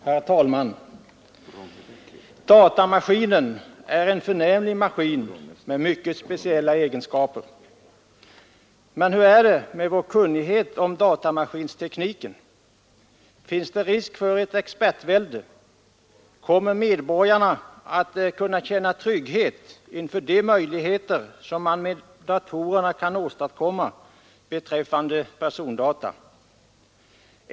Herr talman! Datamaskinen är en förnämlig maskin med mycket speciella egenskaper. Men hur är det med vår kunskap om datamaskinstekniken? Finns det risk för ett expertvälde? Kommer medborgarna att kunna känna trygghet inför de möjligheter som man med datorerna kan åstadkomma beträffande persondata?